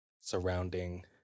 surrounding